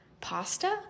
pasta